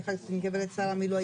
יחד עם גב' שרה מילוא,